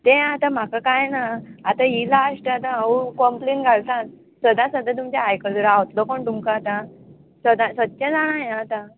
तें आतां म्हाका कांय ना आतां ही लास्ट आतां हांव कंप्लेन घालता सदांच सदां तुमचें आयकला रावतलो कोण तुमकां आतां सदां सदचें जाला हें आतां